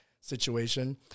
situation